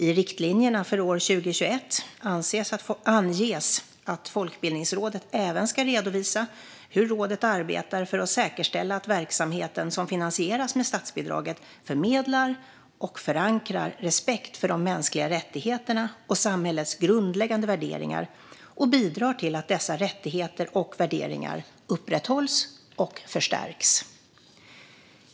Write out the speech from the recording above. I riktlinjerna för år 2021 anges att Folkbildningsrådet även ska redovisa hur rådet arbetar för att säkerställa att verksamheten, som finansieras med statsbidraget, förmedlar och förankrar respekt för de mänskliga rättigheterna och samhällets grundläggande värderingar och bidrar till att dessa rättigheter och värderingar upprätthålls och förstärks.